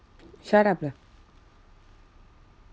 shut up lah